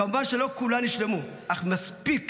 כמובן שלא כולן יושלמו, אך מספיק